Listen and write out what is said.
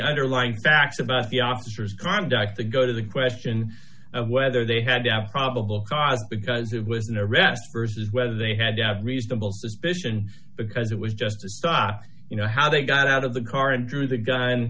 underlying facts about the officer's conduct to go to the question of whether they had to have probable cause because it was no arrest st is whether they had to have reasonable suspicion because it was just a stock you know how they got out of the car and drew the gun